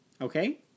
Okay